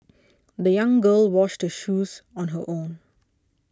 the young girl washed her shoes on her own